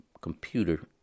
computer